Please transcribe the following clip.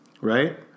right